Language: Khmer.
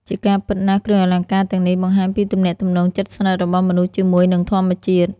ជាការពិតណាស់ គ្រឿងអលង្ការទាំងនេះបង្ហាញពីទំនាក់ទំនងជិតស្និទ្ធរបស់មនុស្សជាមួយនឹងធម្មជាតិ។